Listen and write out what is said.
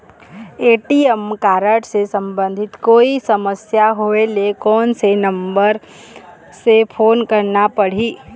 ATM card से संबंधित कोई समस्या होय ले, कोन से नंबर से फोन करना पढ़ही?